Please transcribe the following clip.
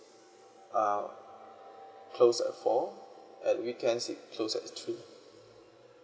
uh close at four at weekends it close at the three